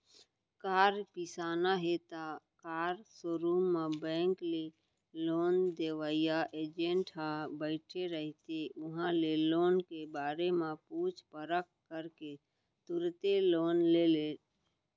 car बिसाना हे त कार सोरूम म बेंक ले लोन देवइया एजेंट ह बइठे रहिथे उहां ले लोन के बारे म पूछ परख करके तुरते लोन ले ले